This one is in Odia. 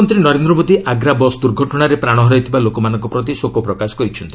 ପ୍ରଧାନମନ୍ତ୍ରୀ ନରେନ୍ଦ୍ର ମୋଦି ଆଗ୍ରା ବସ୍ ଦୁର୍ଘଟଣାରେ ପ୍ରାଣ ହରାଇଥିବା ଲୋକମାନଙ୍କ ପ୍ରତି ଶୋକ ପ୍ରକାଶ କରିଛନ୍ତି